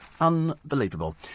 Unbelievable